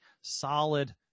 solid